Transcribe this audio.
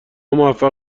موفق